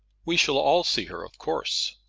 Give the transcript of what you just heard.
we shall all see her, of course.